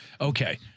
Okay